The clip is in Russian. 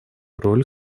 роль